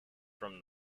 from